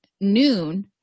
noon